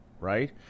right